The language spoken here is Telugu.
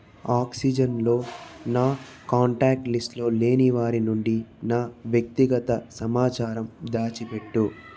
ఆక్సిజెన్లో నా కాంటాక్ట్ లిస్టులో లేని వారి నుండి నా వ్యక్తిగత సమాచారం దాచిపెట్టు